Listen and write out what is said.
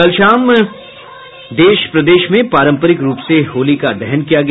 कल शाम देशभर में पारंपरिक रूप से होलिका दहन किया गया